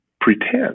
Pretend